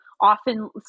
often